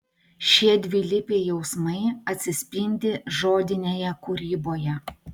šie dvilypiai jausmai atsispindi žodinėje kūryboje